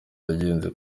yagenze